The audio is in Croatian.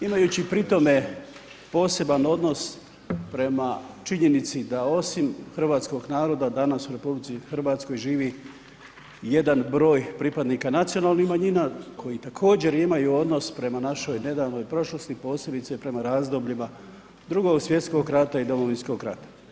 Imajući pri tome poseban odnos prema činjenici da osim hrvatskog naroda danas u RH živi jedan broj pripadnika nacionalnih manjina koji također imaju odnos prema našoj nedavnoj prošlosti, posebice prema razdobljima Drugog svjetskog rata i Domovinskog rata.